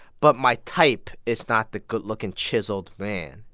but my type is not the good-looking, chiseled man.